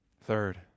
Third